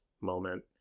moment